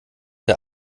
der